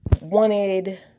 wanted